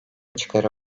çıkarı